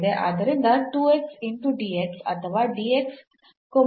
ಆದ್ದರಿಂದ ಇಂಟು ಅಥವಾ ಆಗಿದೆ